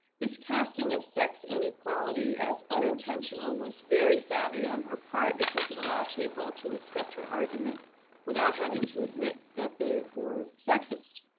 this casting of sex inequality as unintentional was very savvy on her part because it allowed people to accept her argument without having to admit that they were sexist.